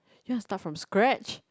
you want to start from scratch